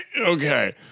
Okay